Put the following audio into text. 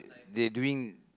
they doing